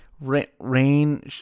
Rain